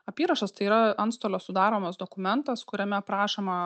apyrašas tai yra antstolio sudaromas dokumentas kuriame aprašoma